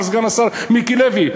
כך אמר סגן השר מיקי לוי.